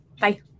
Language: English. Bye